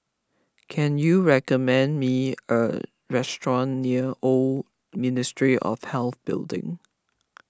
can you recommend me a restaurant near Old Ministry of Health Building